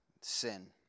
sin